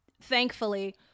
thankfully